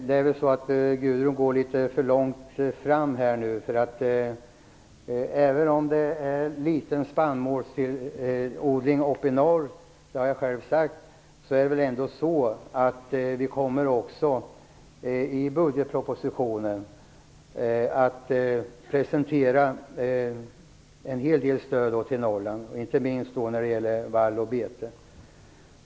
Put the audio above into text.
Fru talman! Gudrun Lindvall går litet för långt fram. Spannmålsodlingen uppe i norr är liten, det har jag själv sagt. Men i budgetpropositionen kommer vi att presentera en hel del stöd till Norrland, inte minst när det gäller vall och bete.